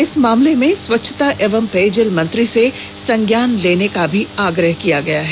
इस मामले में स्वच्छता एवं पेयजल मंत्री से संज्ञान लेने का भी आग्रह किया है